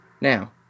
Now